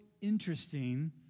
interesting